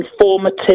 informative